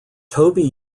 toby